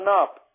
up